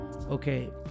okay